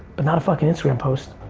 but not a fuckin' instagram post.